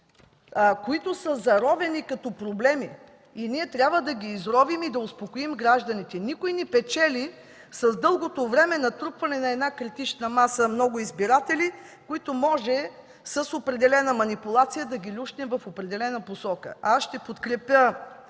които са заровени като проблеми и ние трябва да ги изровим и да успокоим гражданите. Никой не печели с дълго време натрупваната критична маса – много избиратели, които може с определена манипулация, да ги люшнем в определена посока. Аз ще подкрепя